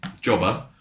jobber